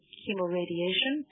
chemoradiation